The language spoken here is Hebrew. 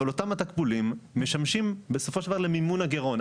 אבל אותם התקבולים משמשים בסופו של דבר למימון הגירעון,